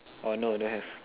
oh no don't have